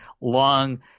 long